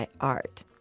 art